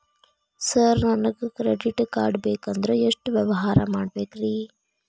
Sir ನನಗೆ credit card ಬೇಕಂದ್ರೆ ಎಷ್ಟು ವ್ಯವಹಾರ ಮಾಡಬೇಕ್ರಿ?